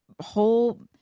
whole